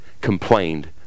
complained